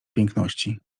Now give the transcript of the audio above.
piękności